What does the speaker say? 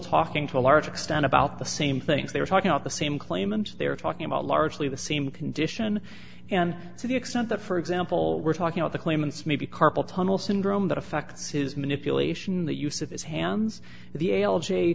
talking to a large extent about the same things they were talking about the same claim and they are talking about largely the same condition and to the extent that for example we're talking about the claimants maybe carpal tunnel syndrome that affects his manipulation the use of his hands the